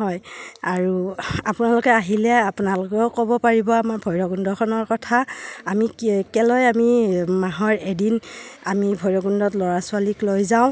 হয় আৰু আপোনালোকে আহিলে আপোনালোকেও ক'ব পাৰিব আমাৰ ভৈৰৱকুণ্ডখনৰ কথা আমি কেলৈ আমি মাহৰ এদিন আমি ভৈৰৱকুণ্ডত ল'ৰা ছোৱালীক লৈ যাওঁ